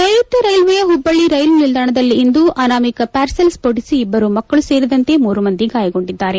ಸೈಋತ್ಯ ರೈಲ್ವೆಯ ಹುಬ್ಬಳ್ಳ ರೈಲು ನಿಲ್ದಾಣದಲ್ಲಿಂದು ಅನಾಮಿಕ ಪಾರ್ಸೆಲ್ ಸ್ತೋಟಿಸಿ ಇಬ್ಬರು ಮಕ್ಕಳು ಸೇರಿದಂತೆ ಮೂರು ಮಂದಿ ಗಾಯಗೊಂಡಿದ್ದಾರೆ